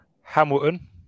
Hamilton